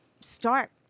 start